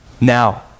Now